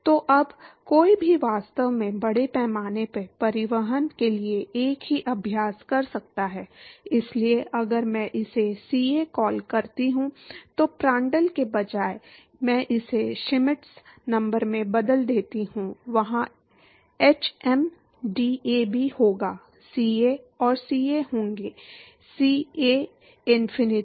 तो अब कोई भी वास्तव में बड़े पैमाने पर परिवहन के लिए एक ही अभ्यास कर सकता है इसलिए अगर मैं इसे सीए कॉल करता हूं तो प्रांड्टल के बजाय मैं इसे श्मिट नंबर से बदल देता हूं वहां एचएम डीएबी होगा सीए और सीए होंगे सीएइनफिनिटी